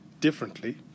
differently